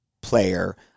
player